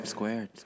Squared